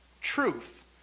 truth